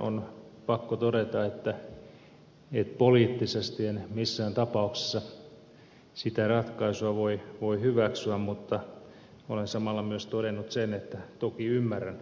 on pakko todeta että poliittisesti en missään tapauksessa sitä ratkaisua voi hyväksyä mutta olen samalla myös todennut sen että toki ymmärrän